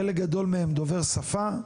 חלק גדול מהם דובר שפה,